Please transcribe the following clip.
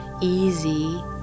easy